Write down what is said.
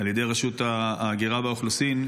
על ידי רשות ההגירה והאוכלוסין,